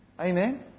Amen